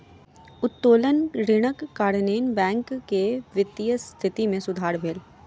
उत्तोलन ऋणक कारणेँ बैंक के वित्तीय स्थिति मे सुधार भेल